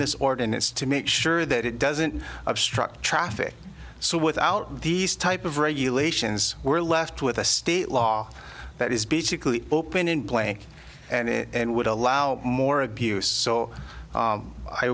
this ordinance to make sure that it doesn't obstruct traffic so without these type of regulations we're left with a state law that is basically open in play and would allow more abuse so